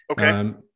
okay